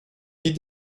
lie